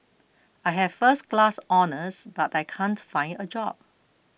I have first class honours but I can't find a job